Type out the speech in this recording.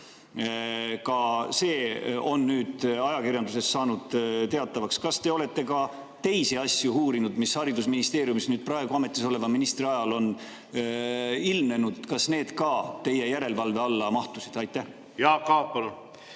Ka see on nüüd ajakirjanduses saanud teatavaks. Kas te olete ka teisi asju uurinud, mis haridusministeeriumis praegu ametis oleva ministri ajal on ilmnenud? Kas need ka teie järelevalve alla mahtusid? Aitäh! Lugupeetud